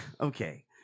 Okay